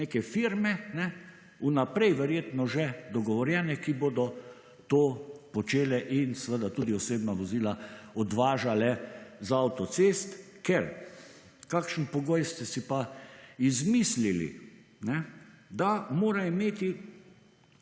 firme, vnaprej verjetno že dogovorjene, ki bodo to počele in seveda tudi osebna vozila odvažale iz avtocest, ker, kakšen pogoj ste si pa izmislili – da mora imeti